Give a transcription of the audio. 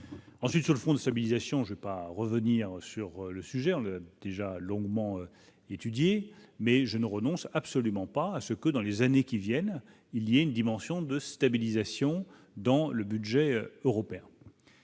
Ensuite, sur le fonds de stabilisation, j'ai pas revenir sur le sujet en 2 déjà longuement étudié mais je ne renonce absolument pas à ce que dans les années qui viennent, il y a une dimension de stabilisation dans le budget européen.